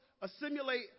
assimilate